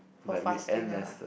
for fasting lah